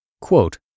Quote